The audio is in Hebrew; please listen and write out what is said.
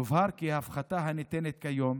יובהר כי ההפחתה הניתנת כיום